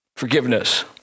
Forgiveness